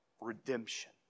Redemption